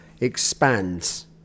expands